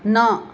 न